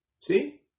See